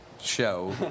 show